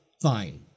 fine